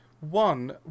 One